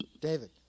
David